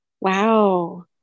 Wow